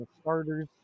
starters